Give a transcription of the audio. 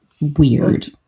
weird